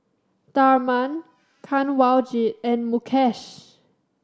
Tharman Kanwaljit and Mukesh